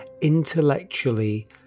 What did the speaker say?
intellectually